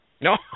No